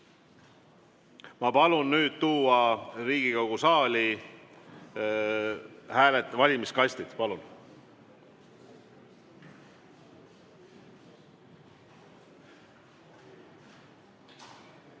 Ma palun nüüd tuua Riigikogu saali valimiskastid. Palun!